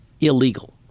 illegal